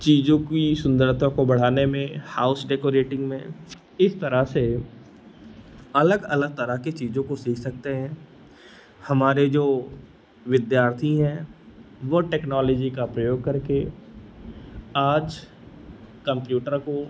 चीज़ों की सुन्दरता बढ़ाने में हाउस डेकोरेटिन्ग में इस तरह से अलग अलग तरह की चीज़ों को सीख सकते हैं हमारे जो विद्यार्थी हैं वह टेक्नोलॉजी का प्रयोग करके आज कम्प्यूटर को